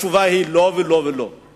התשובה היא לא ולא ולא.